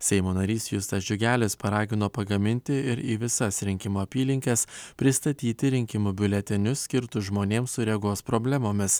seimo narys justas džiugelis paragino pagaminti ir į visas rinkimų apylinkes pristatyti rinkimų biuletenius skirtus žmonėms su regos problemomis